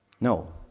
No